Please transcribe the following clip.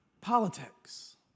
politics